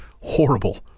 horrible